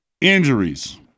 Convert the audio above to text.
injuries